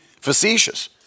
facetious